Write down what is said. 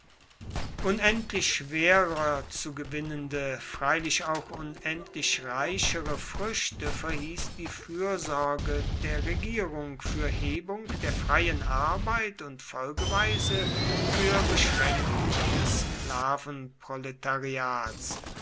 unendlich schwerer zu gewinnende freilich auch unendlich reichere früchte verhieß die fürsorge der regierung für hebung der freien arbeit und folgeweise für beschränkung des